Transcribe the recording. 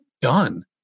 done